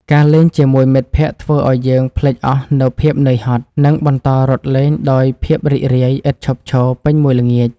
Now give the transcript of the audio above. ការលេងជាមួយមិត្តភក្តិធ្វើឱ្យយើងភ្លេចអស់នូវភាពនឿយហត់ និងបន្តរត់លេងដោយភាពរីករាយឥតឈប់ឈរពេញមួយល្ងាច។